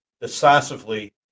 decisively